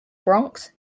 bronx